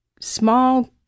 small